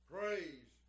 Praise